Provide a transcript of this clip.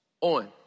on